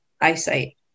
eyesight